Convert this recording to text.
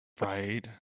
right